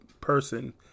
person